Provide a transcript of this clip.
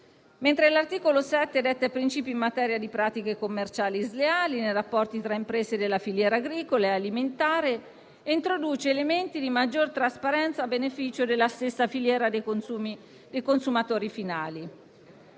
L'articolo 7 detta i princìpi in materia di pratiche commerciali sleali, nei rapporti tra imprese della filiera agricola e alimentare, e introduce elementi di maggior trasparenza a beneficio della stessa filiera dei consumatori finali.